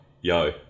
yo